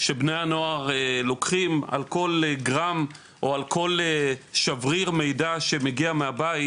שבני הנוער לוקחים על כל גרם או על כל שבריר מידע שמגיע מהבית,